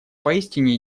поистине